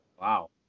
Wow